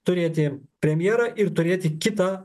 turėti premjerą ir turėti kitą